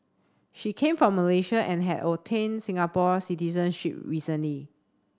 she came from Malaysia and had obtained Singapore citizenship recently